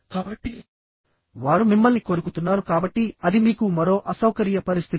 కాబట్టివారు మిమ్మల్ని కొరుకుతున్నారు కాబట్టి అది మీకు మరో అసౌకర్య పరిస్థితి